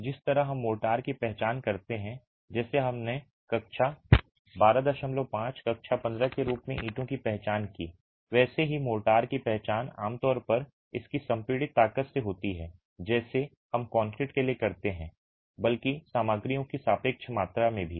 जिस तरह हम मोर्टार की पहचान करते हैं जैसे हमने कक्षा 125 कक्षा 15 के रूप में ईंटों की पहचान की वैसे ही मोर्टार की पहचान आमतौर पर इसकी संपीड़ित ताकत से होती है जैसे हम कंक्रीट के लिए करते हैं बल्कि सामग्रियों की सापेक्ष मात्रा से भी